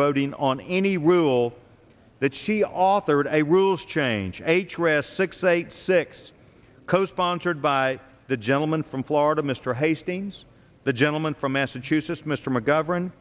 voting on any rule that she authored a rules change h rest six eight six co sponsored by the gentleman from florida mr hastings the gentleman from massachusetts mr mcgovern